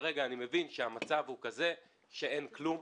כרגע אני מבין שהמצב הוא שאין כלום.